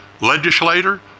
legislator